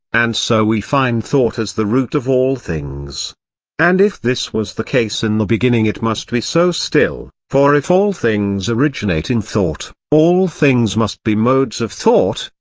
and so we find thought as the root of all things and if this was the case in the beginning it must be so still for if all things originate in thought, all things must be modes of thought,